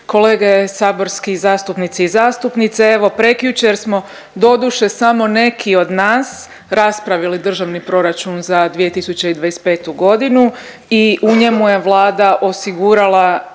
kolege saborski zastupnici i zastupnice. Evo prekjučer smo, doduše samo neki od nas raspravili državni proračun za 2025. godinu i u njemu je Vlada osigurala